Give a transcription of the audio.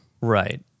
Right